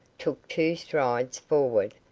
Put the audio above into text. took two strides forward,